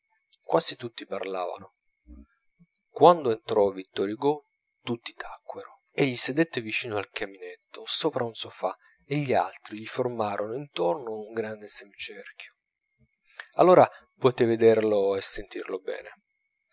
quasi tutti parlavano quando entrò vittor hugo tutti tacquero egli sedette vicino al camminetto sopra un sofà e gli altri gli formarono intorno un grande semicerchio allora potei vederlo e sentirlo bene